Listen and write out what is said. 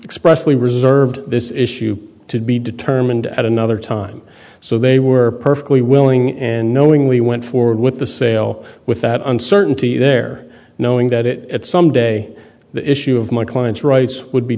expressly reserved this issue to be determined at another time so they were perfectly willing and knowingly went forward with the sale with that uncertainty there knowing that it someday the issue of my client's rights would be